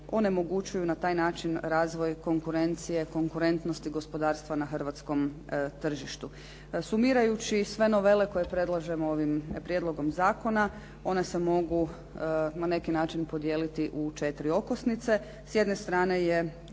onemogućuju na taj način razvoj konkurencije, konkurentnosti gospodarstva na hrvatskom tržištu. Sumirajući sve novele koje predlažemo ovim prijedlogom zakona, ona se mogu na neki način podijeliti u 4 okosnice. S jedne strane je